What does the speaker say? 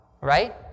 Right